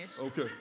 Okay